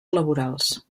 laborals